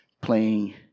playing